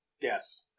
Yes